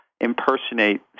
impersonate